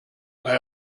bei